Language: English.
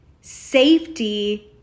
Safety